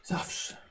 Zawsze